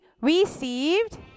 received